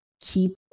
keep